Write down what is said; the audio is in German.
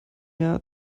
jahr